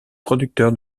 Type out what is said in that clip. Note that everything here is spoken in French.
producteur